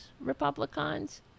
Republicans